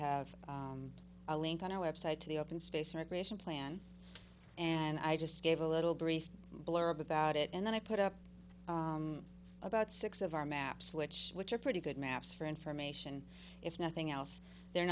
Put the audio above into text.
have a link on our website to the open space immigration plan and i just gave a little brief blurb about it and then i put up about six of our maps which which are pretty good maps for information if nothing else they're